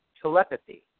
telepathy